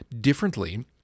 differently